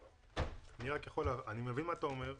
אני מבין מה אתה אומר.